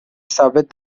ثابت